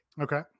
Okay